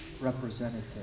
representative